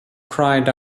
cried